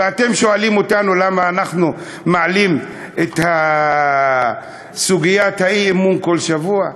ואתם שואלים אותנו למה אנחנו מעלים את סוגיית האי-אמון כל שבוע?